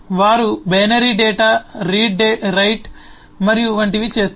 వారు binary data read write మరియు వంటివి చేస్తారు